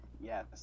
yes